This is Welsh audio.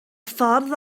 ffordd